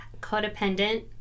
codependent